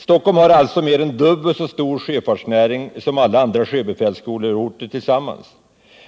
Stockholm har alltså mer än dubbelt så stor sjöfartsnäring som alla andra sjöbefälsskoleorter tillsammans,